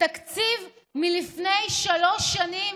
תקציב מלפני שלוש שנים.